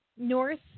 North